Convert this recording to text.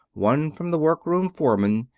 one from the workroom foreman,